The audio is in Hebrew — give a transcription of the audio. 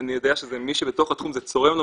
מי שבתוך התחום זה צורם לו,